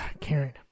Karen